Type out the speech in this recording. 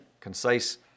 concise